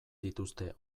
dituzte